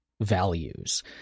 values